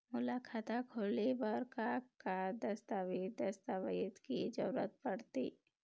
मोला खाता खोले बर का का दस्तावेज दस्तावेज के जरूरत पढ़ते?